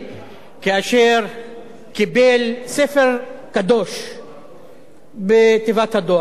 קיבל ספר קדוש בתיבת הדואר, כמו שקיבלו רבים,